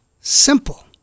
simple